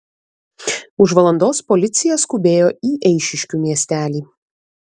už valandos policija skubėjo į eišiškių miestelį